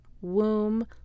womb